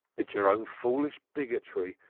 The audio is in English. it's your own foolish bigotry.